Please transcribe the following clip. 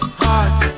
hot